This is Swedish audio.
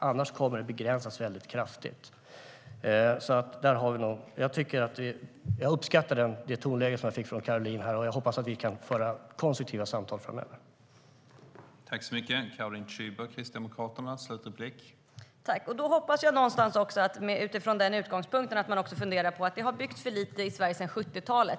Annars kommer det att begränsas kraftigt.